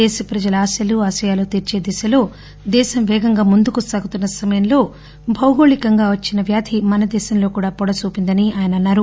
దేశ ప్రజల ఆశలు ఆశయాలు తీర్పే దిశలో దేశం పేగంగా ముందుకు సాగుతున్న సమయంలో భాగోళికంగా వచ్చిన వ్యాధి మన దేశంలో కూడా పొడసూపిందని ఆయనన్నారు